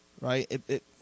right